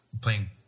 playing